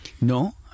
No